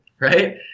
Right